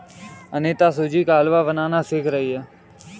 अनीता सूजी का हलवा बनाना सीख रही है